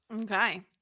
Okay